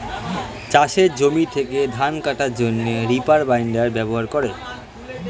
চাষের জমি থেকে ধান কাটার জন্যে রিপার বাইন্ডার ব্যবহার করে